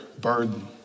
burden